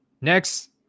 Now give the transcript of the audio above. Next